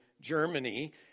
Germany